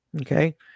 Okay